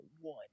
one